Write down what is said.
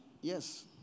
Yes